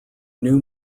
new